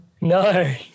No